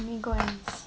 let me go and see